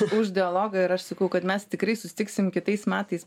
už dialogą ir aš sakau kad mes tikrai susitiksim kitais metais